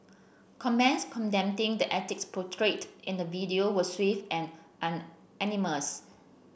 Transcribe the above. comments condemning the antics portrayed in the video were swift and and unanimous